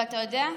אבל אתה יודע,